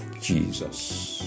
Jesus